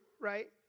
right